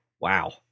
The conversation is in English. Wow